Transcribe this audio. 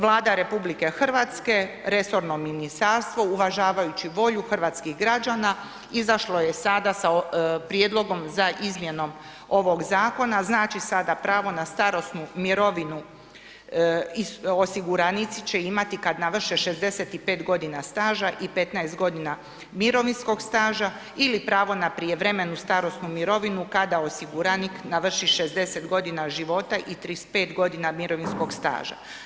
Vlada RH, resorno ministarstvo, uvažavajući volju hrvatskih građana, izašlo je sada sa prijedlogom za izmjenom ovog zakona, znači sada pravo na starosnu mirovinu osiguranici će imati kad navrše 65 godina staža i 15 godina mirovinskog staža ili napravo na prijevremenu starosnu mirovinu kada osiguranik navrši 60 godina života i 35 godina mirovinskog staža.